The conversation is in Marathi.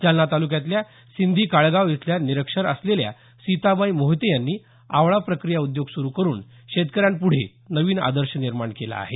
जालना ताल्क्यातल्या सिंधीकाळेगाव इथल्या निरक्षर असलेल्या सीताबाई मोहिते यांनी आवळा प्रक्रिया उद्योग सुरु करुन शेतकऱ्यांपुढे नवीन आदर्श निर्माण केला आहे